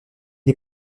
est